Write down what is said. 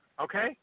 Okay